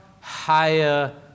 higher